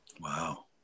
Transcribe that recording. Wow